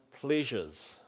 pleasures